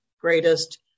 greatest